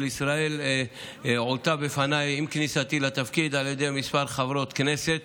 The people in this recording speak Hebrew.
לישראל הועלתה בפניי עם כניסתי לתפקיד על ידי כמה חברות כנסת